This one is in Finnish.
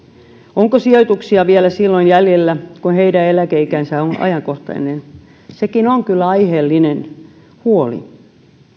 onko sijoituksia vielä silloin jäljellä kun heidän eläkeikänsä on ajankohtainen sekin on kyllä aiheellinen huoli